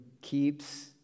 keeps